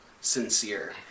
sincere